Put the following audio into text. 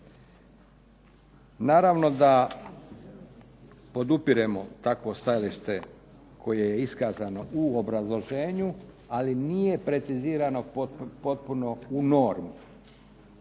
Naravno da podupiremo takvo stajalište koje je iskazano u obrazloženju, ali nije precizirano potpuno u normi.